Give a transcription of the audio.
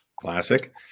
Classic